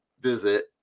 visit